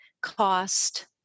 cost